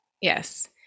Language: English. Yes